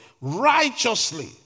righteously